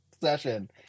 session